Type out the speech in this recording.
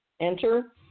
Enter